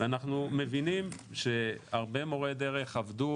ואנחנו מבינים שהרבה מורי דרך עבדו